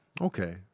Okay